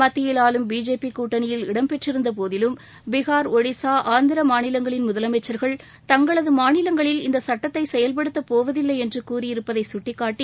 மத்தியில் ஆளும் பிஜேபி கூட்டணியில் இடம்பெற்றிருந்த போதிலும் பீகார் ஒடிஷா ஆந்திரா மாநிலங்களின் முதலமைச்சர்கள் தங்களது மாநிலங்களில் இந்த சட்டத்தை செயல்படுத்த போவதில்லை என்று கூறியிருப்பதை சுட்டிக்காட்டி